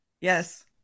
Yes